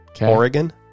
Oregon